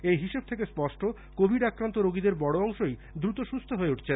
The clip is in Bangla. এই হিসেব থেকে স্পষ্ট কোভিড আক্রান্ত রোগীদের বড় অংশই দ্রুত সুস্থ হয়ে উঠছেন